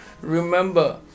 remember